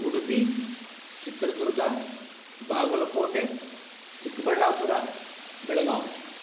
Udupi Chitradurga Bagalkot Chikkaballapur Belgaum